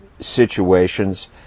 situations